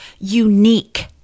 unique